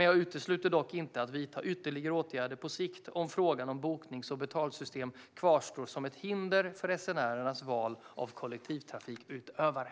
Jag utesluter dock inte att vidta ytterligare åtgärder på sikt om frågan om boknings och betalsystem kvarstår som ett hinder för resenärers val av kollektivtrafikutövare.